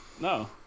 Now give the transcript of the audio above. No